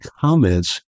comments